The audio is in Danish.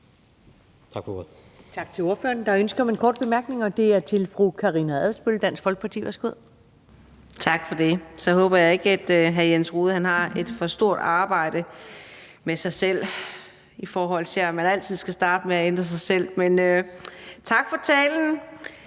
Tak for det. Så håber jeg ikke, at hr. Jens Rohde har et for stort arbejde med sig selv, i forhold til at man altid skal starte med at ændre sig selv, men tak for talen.